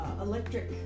electric